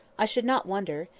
i should not wonder.